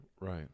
Right